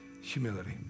humility